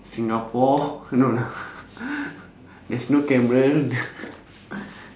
singapore no lah there's no camera